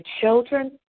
children